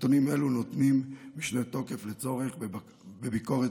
נתונים אלו נותנים משנה תוקף לצורך בביקורת